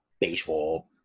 baseball